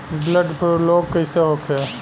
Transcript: Bird flu रोग कईसे होखे?